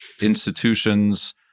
institutions